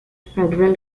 federal